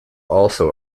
also